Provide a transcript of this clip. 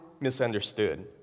misunderstood